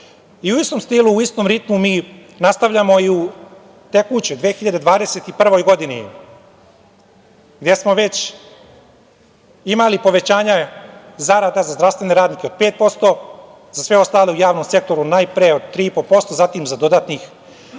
U istom stilu i u istom ritmu nastavljamo i u tekućoj 2021. godini, gde smo već imali povećanje zarada za zdravstvene radnike od 5%, za sve ostale u javnom sektoru najpre 3%, zatim dodatnih